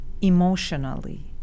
emotionally